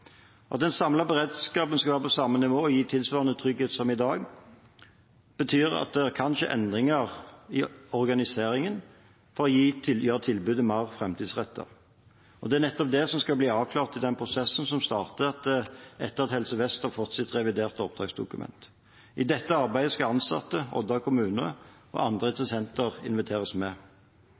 At den samlede beredskapen skal være på samme nivå og gi tilsvarende trygghet som i dag, betyr at det kan skje endringer i organiseringen for å gjøre tilbudet mer framtidsrettet. Nettopp det skal bli avklart i prosessen som starter etter at Helse Vest har fått det reviderte oppdragsdokumentet. I dette arbeidet skal de ansatte, Odda kommune og andre interessenter inviteres med.